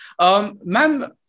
ma'am